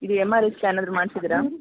ಇದು M R I scan ಆದರು ಮಾಡ್ಸಿದೀರ